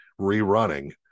rerunning